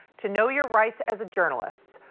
to know your rights as a journalist.